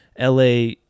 LA